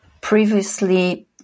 previously